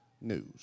news